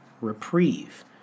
reprieve